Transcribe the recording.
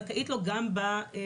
זכאית לו גם בצבא,